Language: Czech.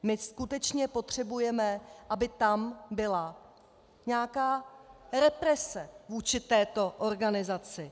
My skutečně potřebujeme, aby tam byla nějaká represe vůči této organizaci.